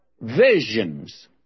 visions